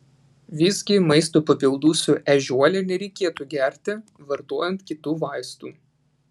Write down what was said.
visgi maisto papildų su ežiuole nereikėtų gerti vartojant kitų vaistų